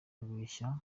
abeshya